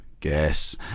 guess